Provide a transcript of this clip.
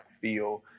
feel